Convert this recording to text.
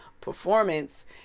performance